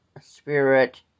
spirit